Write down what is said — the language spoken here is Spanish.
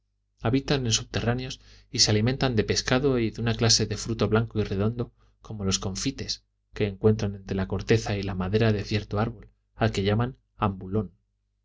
habitan en subterráneos y se alimentan de pescado y de una clase de fruto blanco y redondo como los confites que encuentran entre la corteza y la madera de cierto árbol al que llaman ambulón